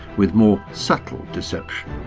with more subtle deception.